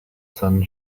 sun